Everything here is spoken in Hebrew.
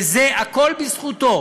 וזה הכול בזכותו